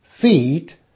feet